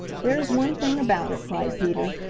there's one thing about it, cried peter.